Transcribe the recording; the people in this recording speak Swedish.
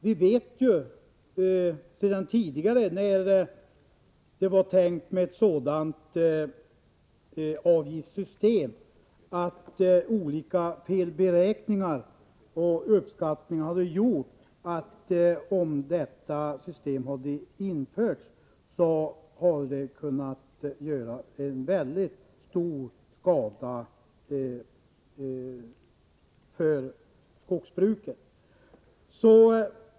Vi vet sedan tidigare när ett sådant avgiftssystem planerades att olika felberäkningar och uppskattningar hade gjort att detta system om det hade införts skulle ha kunnat medföra mycket stor skada för skogsbruket.